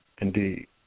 Indeed